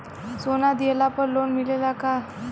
सोना दिहला पर लोन मिलेला का?